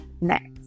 next